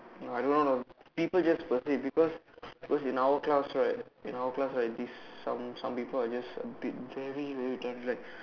I don't know lah people just firstly because because in our class right in our class right this some some people are just a bit very very direct